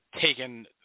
taken